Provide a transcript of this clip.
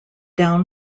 down